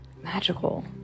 magical